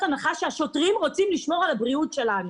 הנחה שהשוטרים רוצים לשמור על הבריאות שלנו.